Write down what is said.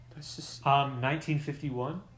1951